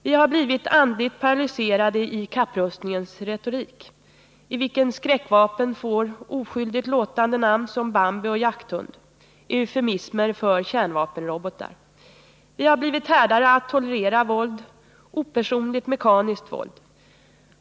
Vi har blivit andligt paralyserade av kapprustningens retorik, i vilken skräckvapen får oskyldigt låtande namn — som Bambi och Jakthund, eufemismer för kärnvapenrobotar. Vi har blivit härdade att tolerera våld — opersonligt, mekaniskt våld.